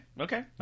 Okay